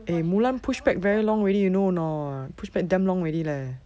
eh you know mulan push back very long already you know or not push back damn long already leh